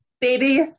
baby